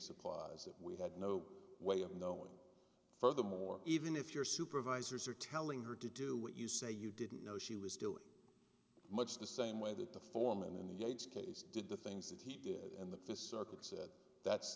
applies that we had no way of knowing furthermore even if your supervisors are telling her to do what you say you didn't know she was doing much the same way that the foreman in the yates case did the things that he did and that the circuit said